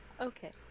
okay